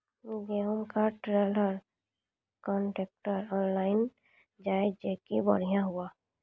गेहूँ का trailer contractor online जाए जैकी बढ़िया हुआ